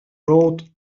wrote